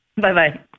Bye-bye